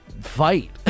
fight